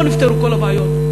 לא נפתרו כל הבעיות.